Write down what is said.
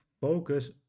Focus